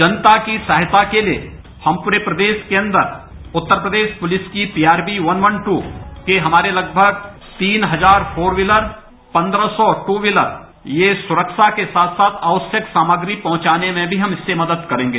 जनता की सहायता के लिए हम पूरे प्रदेश के अन्दर उत्तर प्रदेश पुलिस की पीआस्वी वन वन दू के लगभग तीन हजार फोर व्हीलर पन्द्रह सौ दू व्हीलर ये सुख्बा के साथ साथ आवश्यक सामग्री पहुंचाने में भी हमारी मदद करेंगे